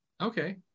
okay